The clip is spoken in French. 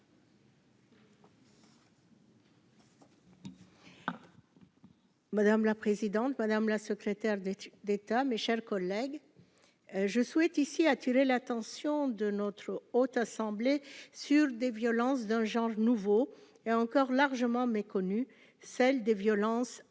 Madame la présidente, madame la secrétaire d'État d'État, mes chers collègues, je souhaite ici attirer l'attention de notre haute assemblée sur des violences d'un genre nouveau, et encore largement méconnue, celle des violences administratives,